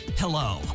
Hello